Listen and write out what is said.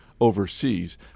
overseas